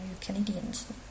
Canadians